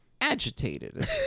agitated